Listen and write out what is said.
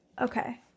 Okay